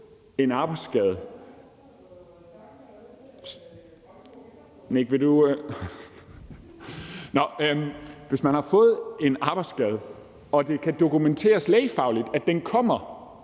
i bekendtgørelsen, at hvis man har fået en arbejdsskade og det kan dokumenteres lægefagligt, at den kommer